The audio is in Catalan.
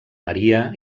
maria